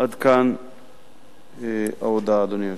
עד כאן ההודעה, אדוני היושב-ראש.